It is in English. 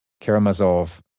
Karamazov